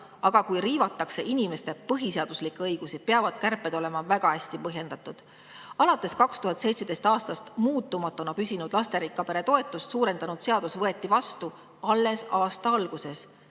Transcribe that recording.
aga kui riivatakse inimeste põhiseaduslikke õigusi, peavad kärped olema väga hästi põhjendatud. Alates 2017. aastast muutumatuna püsinud lasterikka pere toetust suurendanud seadus võeti vastu alles aasta alguses.